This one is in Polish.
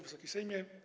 Wysoki Sejmie!